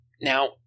Now